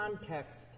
context